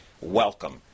Welcome